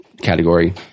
category